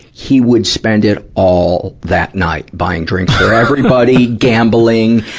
he would spend it all that night buying drinks for everybody, gambling.